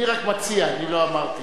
אני רק מציע, אני לא אמרתי.